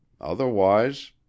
otherwise